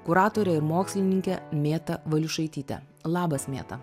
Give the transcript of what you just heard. kuratorę ir mokslininkę mėtą valiušaitytę labas mėta